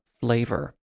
flavor